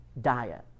diet